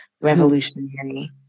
revolutionary